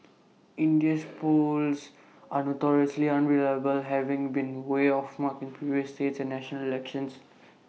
India's polls are notoriously unreliable having been way off mark in previous state and national elections